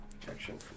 protection